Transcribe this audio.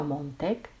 Montek